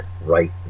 right